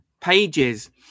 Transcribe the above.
pages